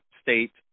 state